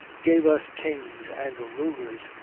gave us kings and rulers,